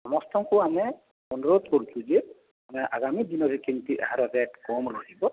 ସମସ୍ତଙ୍କୁ ଆମେ ଅନୁରୋଧ କରୁଛୁ ଯେ ଆମେ ଆଗାମୀ ଦିନରେ କେମିତି ଏହାର ରେଟ୍ କମ୍ ରହିବ